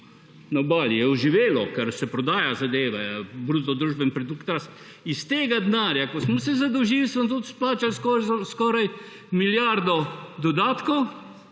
obali, je oživelo, ker se prodajajo zadeve, bruto družbeni produkt, iz tega denarja, ki smo se zadolžili, smo tudi izplačali skoraj milijardo dodatkov,